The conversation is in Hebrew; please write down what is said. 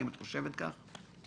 האם את חושבת כך?